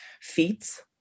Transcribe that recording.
feats